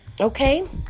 okay